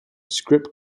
script